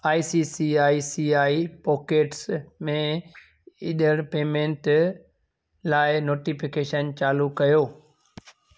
I C I C I pockets में ईंदड़ payment लाइ नोटिफिकेशन चालू कयो